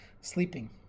sleeping